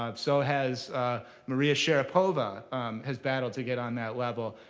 ah so has maria sharapova has battled to get on that level,